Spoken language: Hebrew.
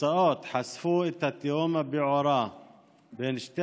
והתוצאות חשפו את התהום הפעורה בין שתי